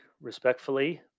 respectfully